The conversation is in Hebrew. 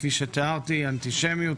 כפי שתיארתי: אנטישמיות,